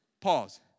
Pause